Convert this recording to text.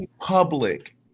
Public